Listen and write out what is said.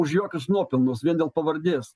už jokius nuopelnus vien dėl pavardės